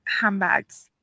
handbags